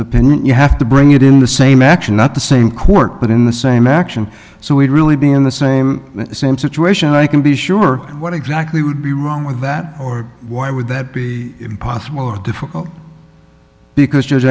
opinion you have to bring it in the same action not the same court but in the same action so we'd really be in the same same situation i can be sure what exactly would be wrong with that or why would that be impossible or difficult because